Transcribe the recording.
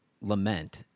lament